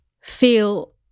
feel